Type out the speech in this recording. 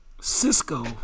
Cisco